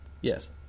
Yes